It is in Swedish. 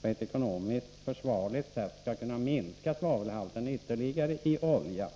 på ett ekonomiskt försvarlig sätt skall kunna minska svavelhalten ytterligare i olja.